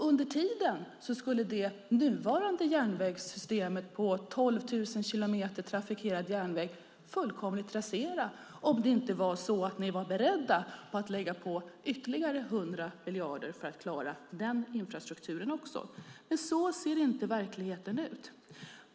Under tiden skulle det nuvarande järnvägssystemet på 12 000 kilometer trafikerad järnväg fullkomligt raseras om det inte var så att ni var beredda att lägga på ytterligare 100 miljarder för att klara också den infrastrukturen. Så ser dock inte verkligheten ut.